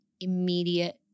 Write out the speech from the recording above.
immediate